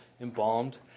embalmed